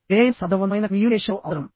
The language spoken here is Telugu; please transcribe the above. ఏదైనా సమర్థవంతమైన కమ్యూనికేషన్లో అవసరం